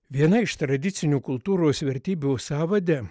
viena iš tradicinių kultūros vertybių sąvade